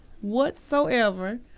whatsoever